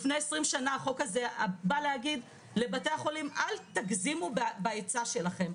לפני 20 שנה החוק הזה בא להגיד לבתי החולים שלא יגזימו בהיצע שלהם.